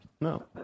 No